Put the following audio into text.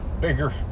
bigger